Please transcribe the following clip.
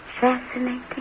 Fascinating